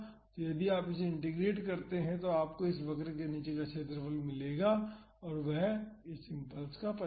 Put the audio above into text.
तो यदि आप इसे इंटीग्रेट करते हैं तो आपको इस वक्र के नीचे का क्षेत्र मिलेगा और वह है इम्पल्स का परिमाण